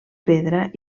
pedra